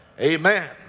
Amen